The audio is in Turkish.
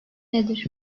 nedir